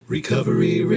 Recovery